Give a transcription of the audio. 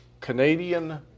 Canadian